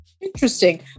Interesting